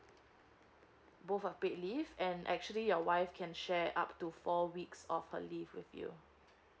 both are paid leave and actually your wife can share up to four weeks of a leave with you